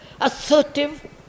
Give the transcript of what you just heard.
assertive